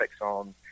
on